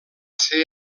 ser